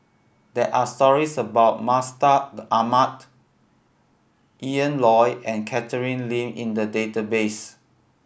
there are stories about Mustaq Ahmad Ian Loy and Catherine Lim in the database